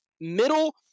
middle